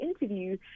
interview